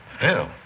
Phil